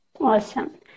Awesome